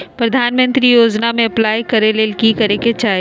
प्रधानमंत्री योजना में अप्लाई करें ले की चाही?